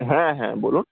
হ্যাঁ হ্যাঁ বলুন